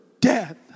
death